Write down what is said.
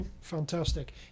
fantastic